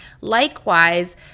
likewise